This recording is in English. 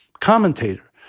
commentator